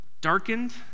darkened